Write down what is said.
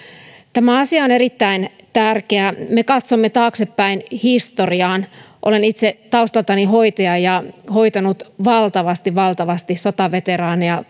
tämä asia on erittäin tärkeä me katsomme taaksepäin historiaan olen itse taustaltani hoitaja ja hoitanut valtavasti valtavasti sotaveteraaneja